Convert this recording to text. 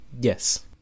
Yes